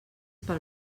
pel